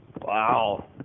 Wow